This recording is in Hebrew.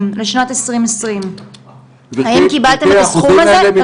לשנת 2020. האם קיבלתם את הסכום הזה?